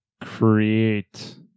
create